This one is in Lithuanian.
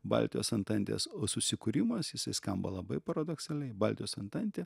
baltijos antantės susikūrimas jisai skamba labai paradoksaliai baltijos antantė